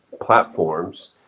platforms